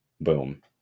boom